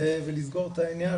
ולסגור את העניין.